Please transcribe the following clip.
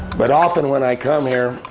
but often, when i come here,